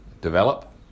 develop